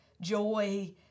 joy